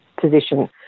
position